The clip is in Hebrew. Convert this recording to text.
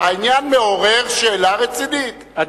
העניין מעורר שאלה רצינית, אין מה לעשות.